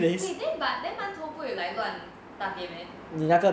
对 then but then 馒头不会来乱来大便 meh